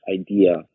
idea